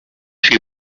she